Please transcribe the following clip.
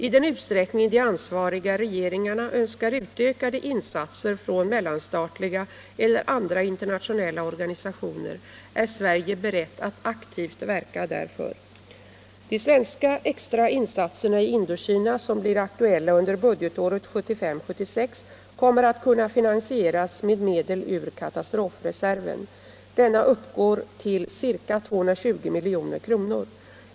I den utsträckning de ansvariga regeringarna önskar utökade insatser från mellanstatliga eller andra internationella Organisationer är Sverige berett att aktivt verka därför. De svenska extra insatserna i Indokina som blir aktuella under budgetåret 1975/76 kommer att kunna finansieras med medel ur katastrofreserven. Denna uppgår till ca 220 milj.kr.